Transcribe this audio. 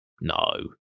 no